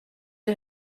der